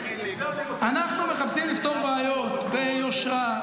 אנחנו מחפשים לפתור בעיות ביושרה,